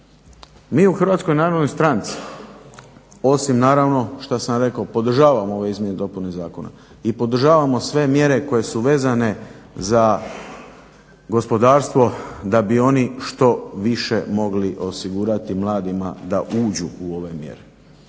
Mi u HNS-u osim naravno što sam rekao podržavamo ove izmjene i dopune zakona i podržavamo sve mjere koje su vezane za gospodarstvo da bi oni što više mogli osigurati mladima da uđu u ove mjere.